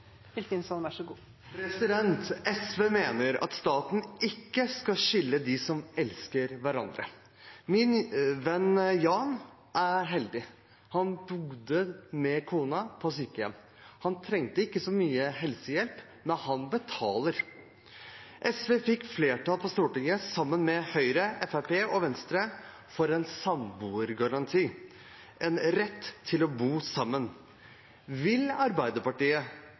heldig. Han bodde med kona på sykehjem. Han trengte ikke så mye helsehjelp, men han betaler. SV fikk flertall på Stortinget sammen med Høyre, Fremskrittspartiet og Venstre for en samboergaranti, en rett til å bo sammen. Vil Arbeiderpartiet